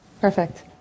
Perfect